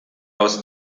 aus